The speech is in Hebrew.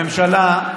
הכול בסדר.